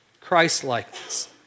Christ-likeness